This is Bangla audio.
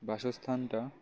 বাসস্থানটা